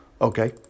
Okay